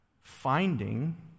finding